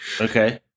Okay